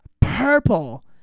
purple